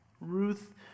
Ruth